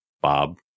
Bob